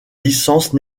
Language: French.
licence